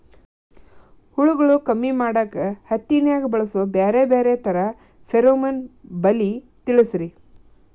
ಹುಳುಗಳು ಕಮ್ಮಿ ಮಾಡಾಕ ಹತ್ತಿನ್ಯಾಗ ಬಳಸು ಬ್ಯಾರೆ ಬ್ಯಾರೆ ತರಾ ಫೆರೋಮೋನ್ ಬಲಿ ತಿಳಸ್ರಿ